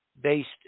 based